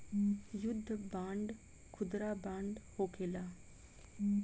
युद्ध बांड खुदरा बांड होखेला